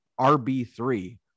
RB3